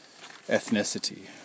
ethnicity